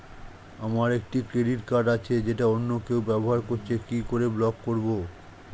আমার একটি credit card আছে যেটা অন্য কেউ ব্যবহার করছে কি করে ব্লক করবো?